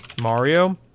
Mario